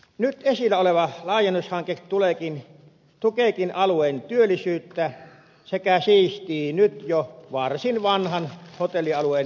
nyt esillä oleva laajennushanke tukeekin alueen työllisyyttä sekä siistii nyt jo varsin vanhan hotellialueen yleisilmettä